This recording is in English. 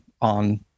on